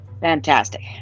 Fantastic